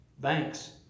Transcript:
banks